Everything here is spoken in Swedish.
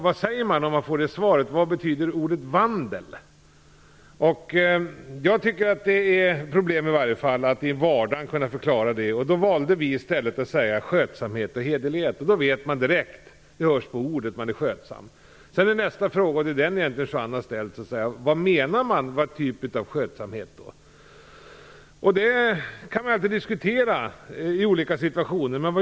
Vad säger man om man tillfrågas om vad ordet "vandel" betyder? Jag tycker att det är problematiskt att förklara det i vardagen. Vi valde i stället att säga "skötsamhet och hederlighet". Då vet man direkt. Det hörs på ordet. Man är skötsam. Nästa fråga gäller vilken typ av skötsamhet man menar. Det är egentligen den frågan Juan Fonseca har ställt. Det kan man alltid diskutera i olika situationer.